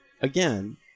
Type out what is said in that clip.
again